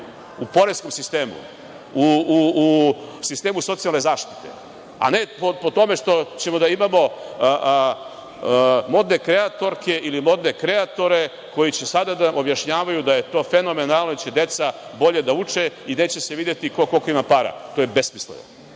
u poreskom sistemu, u sistemu socijalne zaštite, a ne po tome što ćemo da imamo modne kreatorke ili modne kreatore koji će sada da objašnjavaju da je to fenomenalno, da će deca bolje da uče i neće se videti koliko ko ima para. To je besmisleno